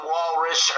Walrus